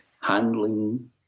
handling